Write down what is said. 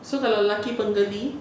so kalau lelaki penggeli